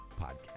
podcast